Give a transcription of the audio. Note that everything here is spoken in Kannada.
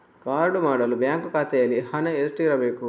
ಕಾರ್ಡು ಮಾಡಲು ಬ್ಯಾಂಕ್ ಖಾತೆಯಲ್ಲಿ ಹಣ ಎಷ್ಟು ಇರಬೇಕು?